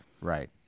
Right